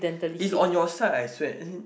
it's on your side I swear as in